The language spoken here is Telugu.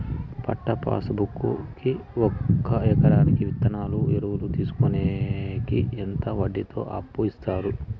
పట్టా పాస్ బుక్ కి ఒక ఎకరాకి విత్తనాలు, ఎరువులు తీసుకొనేకి ఎంత వడ్డీతో అప్పు ఇస్తారు?